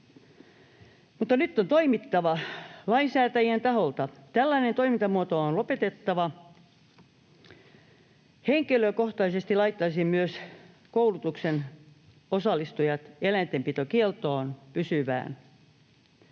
Nyt on toimittava lainsäätäjien taholta. Tällainen toimintamuoto on lopetettava. Henkilökohtaisesti laittaisin myös koulutukseen osallistujat eläintenpitokieltoon, pysyvään.